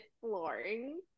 flooring